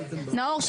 נאור,